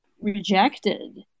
rejected